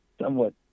somewhat